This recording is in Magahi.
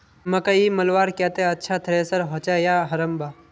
मकई मलवार केते अच्छा थरेसर होचे या हरम्बा?